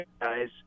guys